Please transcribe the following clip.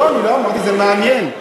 אמרתי שזה מעניין.